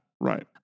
Right